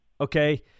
okay